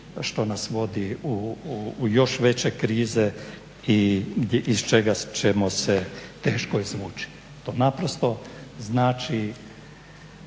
što nas vodi u još veće krize iz četa ćemo se teško izvući. To naprosto znači